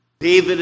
David